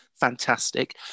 fantastic